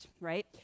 right